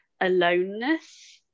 aloneness